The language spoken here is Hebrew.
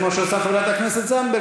כמו שעושה חברת הכנסת זנדברג,